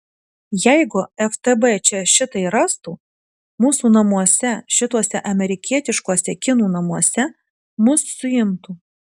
jeigu ftb čia šitai rastų mūsų namuose šituose amerikietiškuose kinų namuose mus suimtų